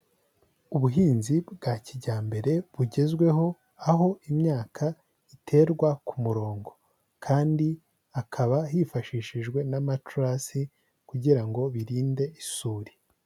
Ubuhinzi bwa kijyambere bugezweho aho imyaka iterwa ku murongo kandi hakaba hifashishijwe n'amaturasi kugira ngo birinde isuri.